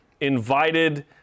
invited